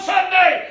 Sunday